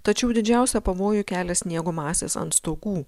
tačiau didžiausią pavojų kelia sniego masės ant stogų